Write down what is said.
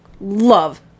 love